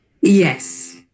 Yes